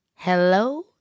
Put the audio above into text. Hello